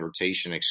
rotation